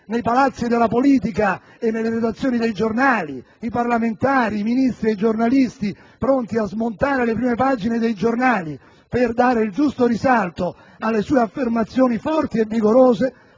nei palazzi della politica e nelle redazioni dei giornali i parlamentari, i ministri, i giornalisti pronti a smontare le prime pagine dei quotidiani per dare il giusto risalto alle sue affermazioni forti e vigorose,